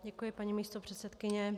Děkuji, paní místopředsedkyně.